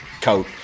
coat